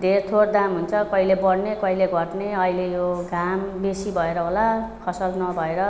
धेरथोर दाम हुन्छ कहिले बढ्ने कहिले घट्ने अहिले यो घाम बेसी भएर होला फसल नभएर